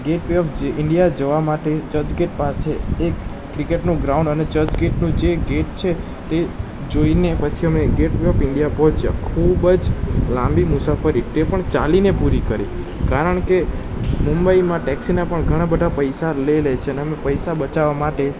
gate way of India જવા માટે ચર્ચગેટ પાસે એક ક્રિકેટનું ગ્રાઉન્ડ અને ચર્ચગેટનું જે ગેટ છે તે જોઈને પછી અમે ગેટ વે ઓફ ઇન્ડિયા પહોંચ્યા ખૂબ જ લાંબી મુસાફરી તે પણ ચાલીને પૂરી કરી કારણકે મુંબઈમાં ટેક્સીના પણ ઘણાં બધાં પૈસા લઈ લે છે અને પૈસા બચાવવા માટે